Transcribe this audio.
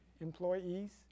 employees